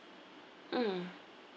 mm